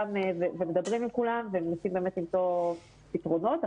ומנסים למצוא פתרונות.